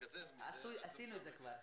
שיתקזז מזה --- עשינו את זה כבר.